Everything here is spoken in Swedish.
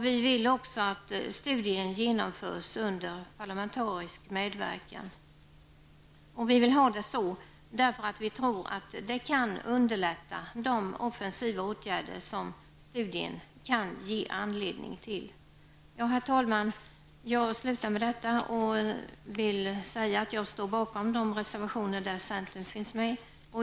Vi vill också att studien genomförs under parlamentarisk medverkan. Vi vill ha det så därför att vi tror att det kan underlätta de offensiva åtgärder som studien kan ge anledning till. Herr talman! Jag står bakom de reservationer som har stöd av centerpartiet.